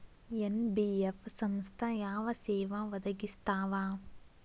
NBF ಸಂಸ್ಥಾ ಯಾವ ಸೇವಾ ಒದಗಿಸ್ತಾವ?